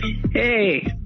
Hey